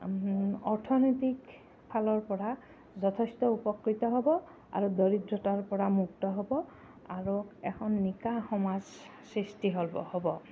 অৰ্থনৈতিক ফালৰ পৰা যথেষ্ট উপকৃত হ'ব আৰু দৰিদ্ৰতাৰ পৰা মুক্ত হ'ব আৰু এখন নিকা সমাজ সৃষ্টি হ'ব